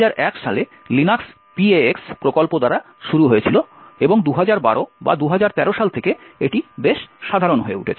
এটি 2001 সালে Linux PaX প্রকল্প দ্বারা শুরু হয়েছিল এবং 2012 বা 2013 সাল থেকে এটি বেশ সাধারণ হয়ে উঠছে